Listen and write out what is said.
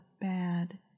bad